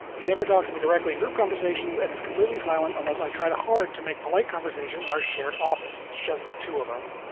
he never talks me directly in group conversations and is completely silent unless i try to hard to make polite conversation in our shared office shows the two of us.